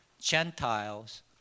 Gentiles